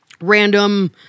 random